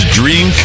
dream